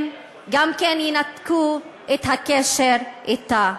הם גם כן ינתקו את הקשר אתה.